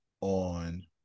on